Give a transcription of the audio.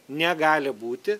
negali būti